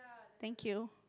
thank you